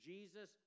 Jesus